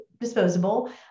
disposable